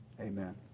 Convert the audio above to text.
Amen